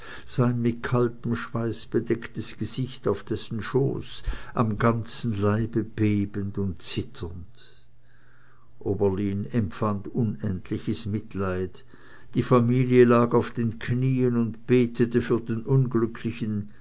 sein mit kaltem schweiß bedecktes gesicht auf dessen schoß am ganzen leibe bebend und zitternd oberlin empfand unendliches mitleid die familie lag auf den knieen und betete für den unglücklichen